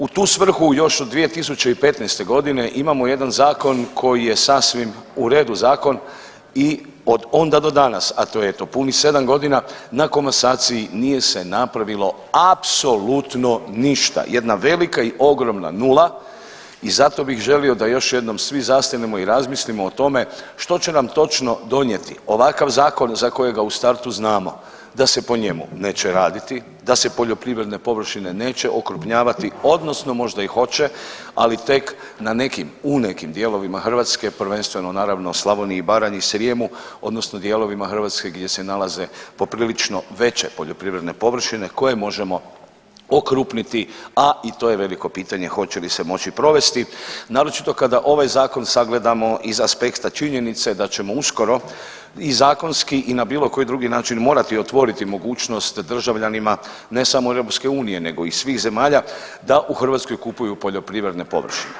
U tu svrhu još od 2015.g. imamo jedan zakon koji je sasvim uredu zakon i od onda do danas, a to je eto punih sedam godina na komasaciji nije se napravilo apsolutno ništa, jedna velika i ogromna nula i zato bih želio da još jednom svi zastanemo i razmislimo o tome što će nam točno donijeti ovakav zakon za kojega u startu znamo da se po njemu neće raditi, da se poljoprivredne površine neće okrupnjavati odnosno možda i hoće, ali tek na nekim u nekim dijelovima Hrvatske, prvenstveno naravno Slavoniji, Baranji i Srijemu odnosno dijelovima Hrvatske gdje se nalaze poprilično veće poljoprivredne površine koje možemo okrupniti, a i to je veliko pitanje hoće li se moći provesti, naročito kada ovaj zakon sagledamo iz aspekta činjenice da ćemo uskoro i zakonski i na bilo koji drugi način morati otvoriti mogućnost državljanima, ne samo EU nego i svih zemalja da u Hrvatskoj kupuju poljoprivredne površine.